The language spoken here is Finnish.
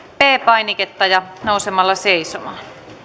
p painiketta ja nousemalla seisomaan